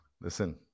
Listen